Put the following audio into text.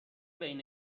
بین